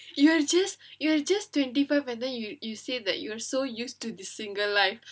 you are just you are just twenty five and then you you said that you are so used to the single life